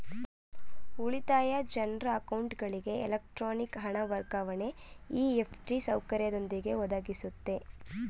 ಉಳಿತಾಯ ಜನ್ರ ಅಕೌಂಟ್ಗಳಿಗೆ ಎಲೆಕ್ಟ್ರಾನಿಕ್ ಹಣ ವರ್ಗಾವಣೆ ಇ.ಎಫ್.ಟಿ ಸೌಕರ್ಯದೊಂದಿಗೆ ಒದಗಿಸುತ್ತೆ